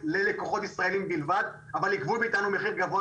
ללקוחות ישראליים בלבד אבל יגבו מאתנו מחיר גבוה